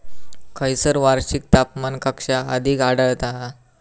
खैयसर वार्षिक तापमान कक्षा अधिक आढळता?